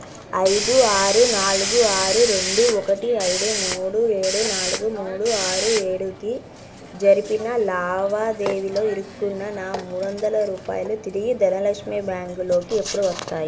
ఐదు ఆరు నాలుగు ఆరు రెండు ఒకటి ఐదు మూడు ఏడు నాలుగు మూడు ఆరు ఏడుకి జరిపిన లావాదేవీలో ఇరుక్కున్న నా మూడు వందల రూపాయలు తిరిగి ధనలక్ష్మి బ్యాంక్లోకి ఎప్పుడు వస్తాయి